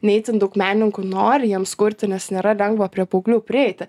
ne itin daug menininkų nori jiems kurti nes nėra lengva prie paauglių prieiti